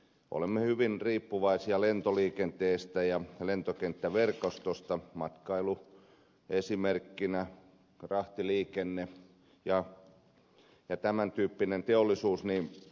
olemme hyvin riippuvaisia lentoliikenteestä ja lentokenttäverkostosta esimerkkinä matkailu rahtiliikenne ja tämän tyyppinen teollisuus